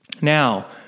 Now